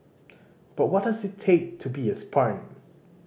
but what does it take to be a spartan